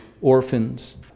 orphans